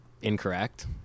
Incorrect